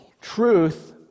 Truth